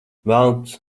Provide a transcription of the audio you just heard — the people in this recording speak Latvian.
velns